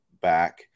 back